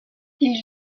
ils